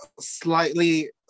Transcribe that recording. slightly